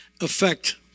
affect